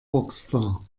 rockstar